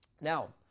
Now